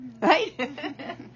right